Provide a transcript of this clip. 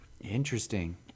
Interesting